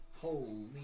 Holy